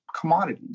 commodities